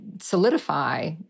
solidify